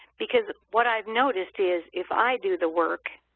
because what i've noticed is if i do the work,